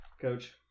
Coach